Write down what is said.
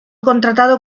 contratado